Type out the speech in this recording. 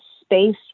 space